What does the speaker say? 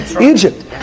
Egypt